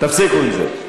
תפסיקו עם זה.